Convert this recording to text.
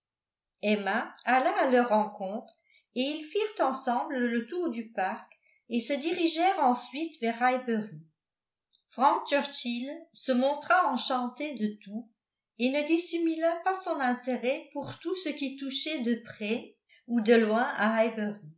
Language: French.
emma alla à leur rencontre et ils firent ensemble le tour du parc et se dirigèrent ensuite vers highbury frank churchill se montra enchanté de tout et ne dissimula pas son intérêt pour tout ce qui touchait de près ou de loin